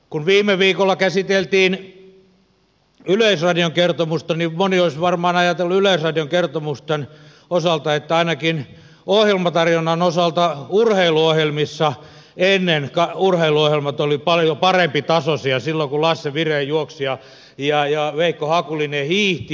kun viime viikolla käsiteltiin yleisradion kertomusta niin moni olisi varmaan ajatellut yleisradion kertomusten osalta että ainakin ohjelmatarjonnan osalta urheiluohjelmat olivat ennen paljon parempitasoisia silloin kun lasse viren juoksi ja veikko hakulinen hiihti